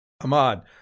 Ahmad